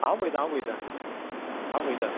हांव पयतां हांव पयतां हांव पयतां